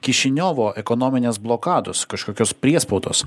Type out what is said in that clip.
kišiniovo ekonominės blokados kažkokios priespaudos